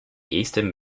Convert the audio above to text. eastern